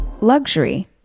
Luxury